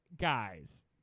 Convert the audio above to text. Guys